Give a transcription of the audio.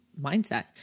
mindset